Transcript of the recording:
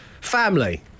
Family